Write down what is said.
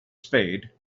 spade